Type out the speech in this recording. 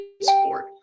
sport